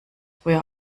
früher